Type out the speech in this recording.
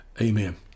amen